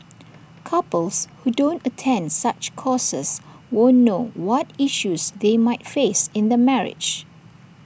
couples who don't attend such courses won't know what issues they might face in their marriage